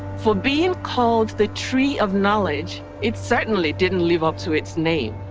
for being called the tree of knowledge, it certainly didn't live up to its name.